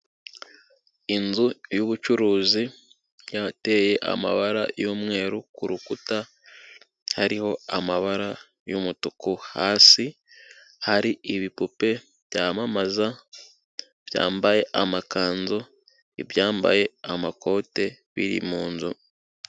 Inzu y'ubucuruzi yateye amabara y'umweru ku rukuta hariho amabara y'umutuku hasi hari ibipupe byamamaza byambaye amakanzu, ibyambaye amakote biri mu nzu.